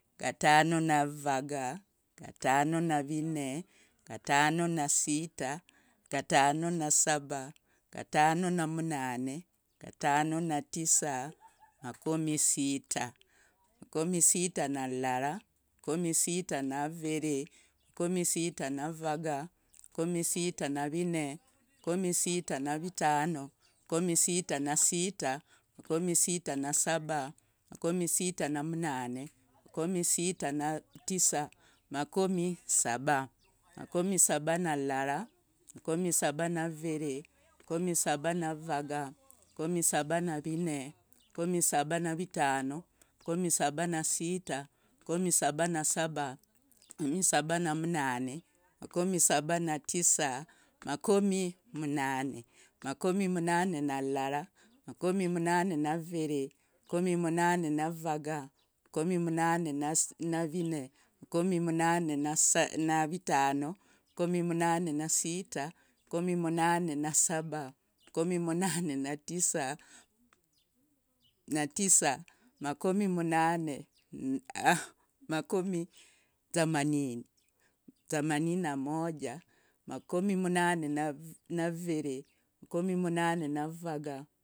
Gatano na vuvaga. gatano na vinne. gatano na vitano. gatano na sita. gatano na saba. gatano na mnane. gatano na tisa. makomi sta. makomi sita na lyelala makomi sita na vivele, makomi sita na vuvaga, makomi sita na vinne, makomi sita na vitano, makomi sita na sita, makomi sita na saba, makomi sita na mnane, makomi sita na tisa, makomi saba, makomi saba na lyelala, makomi saba na vivele, makomi saba na vuvaga. makomi saba na vinne, makomi saba na vitano, makomi saba na sita, makomi saba na saba, makomi saba na mnane, makomi saba na tisa. makomi munane, makomi mnane na lyilala. makomi mnane na gavile, makomi mnane na gavaga, makomi mnane na vinne. makomi mnane na vitano. makomi mnane na sita. makomi mnane na saba. makomi mnane na mnane. makomi mnane na tisa, makomi tisa.